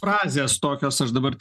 frazės tokios aš dabar